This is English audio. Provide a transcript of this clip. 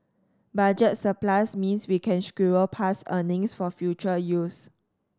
budget surplus means we can squirrel past earnings for future use